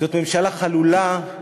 זאת ממשלה חלולה,